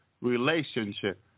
relationship